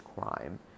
crime